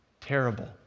terrible